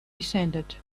descended